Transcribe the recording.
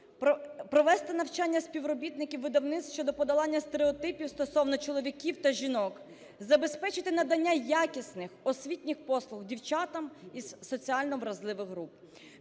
Провести навчання співробітників видавництв щодо подолання стереотипів стосовно чоловіків та жінок, забезпечити надання якісних освітніх послуг дівчатам із соціально вразливих груп.